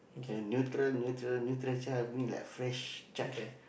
a neutral neutral neutral child mean like fresh child